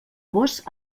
vós